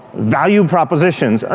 value propositions. ah